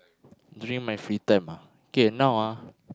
during my free time ah K now ah